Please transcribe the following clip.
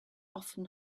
often